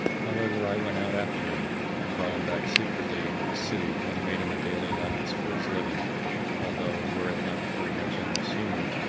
however i went out after him and brought him back secretly into the city and made him a daily allowance for his living although, were it not for my generous humour,